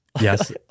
Yes